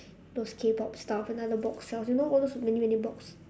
those k-pop stuff and another box sells you know all those many many box